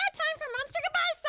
time for monster goodbye song.